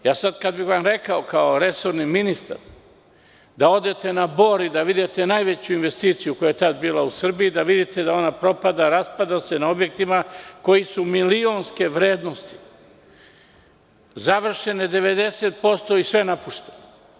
Kada bih vam sada rekao kao resorni ministar da odete na Bor i da vidite najveću investiciju koja je tada bila u Srbiji, da vidite da ona propada, raspada se na objektima koji su milionske vrednosti, završene 90% i sve napušteno.